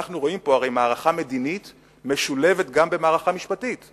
אנחנו רואים פה הרי מערכה מדינית משולבת במערכה משפטית.